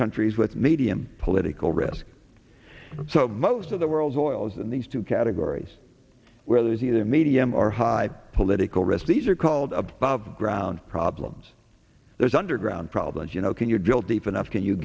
countries with medium political risk so most of the world's oil is in these two categories where there's either medium or high political risk these are called above ground problems there's underground problems you know can you build deep enough can you